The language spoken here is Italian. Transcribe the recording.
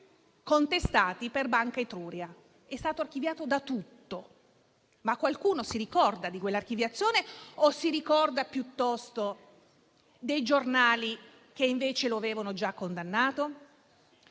Etruria. La sua posizione è stata archiviata su tutto. Ma qualcuno si ricorda di quell'archiviazione o si ricorda piuttosto dei giornali che invece lo avevano già condannato?